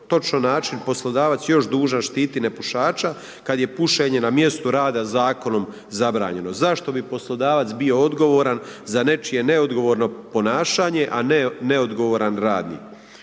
točno način poslodavac još dužan štititi nepušača kad je pušenje na mjestu rada zakonom zabranjeno? Zašto bi poslodavac bio odgovoran za nečije neodgovorno ponašanje, a ne neodgovoran radnik?